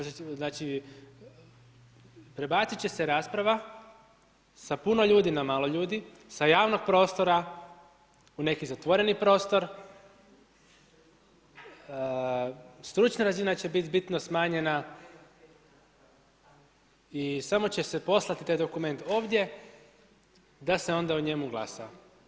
Znači, prebacit će sa rasprava sa puno ljudi na malo ljudi, sa javnog prostora u neki zatvoreni prostor, stručna razina će biti bitno smanjena i samo će se poslat taj dokument ovdje da se onda o njemu glasa.